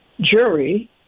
jury